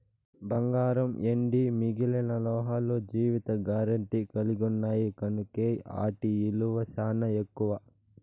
బంగారం, ఎండి మిగిలిన లోహాలు జీవిత గారెంటీ కలిగిన్నాయి కనుకే ఆటి ఇలువ సానా ఎక్కువ